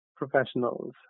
professionals